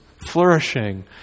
flourishing